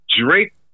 Drake